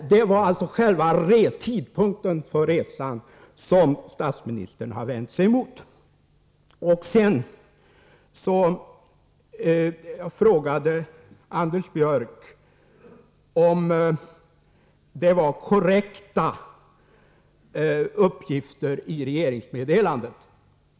Det var alltså själva tidpunkten för resan som statsministern vände sig emot. Sedan frågade Anders Björck om det var korrekta uppgifter i regeringsmeddelandet.